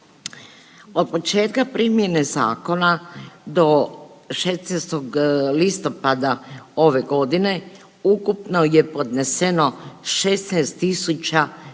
Od početka primjene zakona do 16. listopada ove godine ukupno je podneseno 16.318